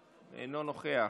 אינו נוכח,